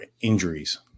injuries